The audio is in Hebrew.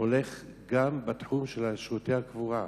הולך גם בתחום של שירותי הקבורה.